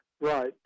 Right